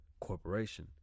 corporation